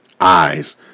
eyes